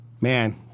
Man